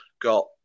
got